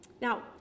Now